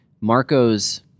Marco's –